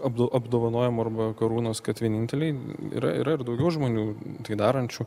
apdo apdovanojimo arba karūnos kad vieninteliai yra yra ir daugiau žmonių tai darančių